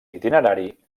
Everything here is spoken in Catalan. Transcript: itinerari